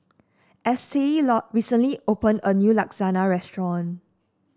Estie recently opened a new Lasagna restaurant